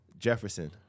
Jefferson